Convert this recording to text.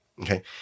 Okay